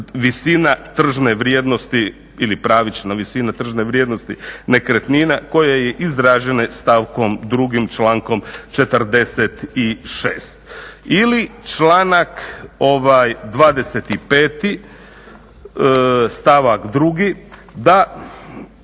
visina tržne vrijednosti ili pravična visina tržne vrijednosti nekretnina koje je izražene stavkom 2. člankom 46. Ili članak 25. stavak 2. da